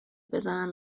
بزنم